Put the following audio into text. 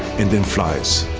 and then flys.